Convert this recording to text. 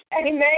Amen